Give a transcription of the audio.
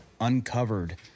uncovered